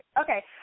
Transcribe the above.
Okay